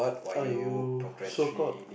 I will so called